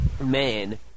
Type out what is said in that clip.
man